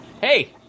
Hey